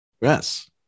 yes